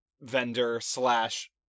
vendor-slash-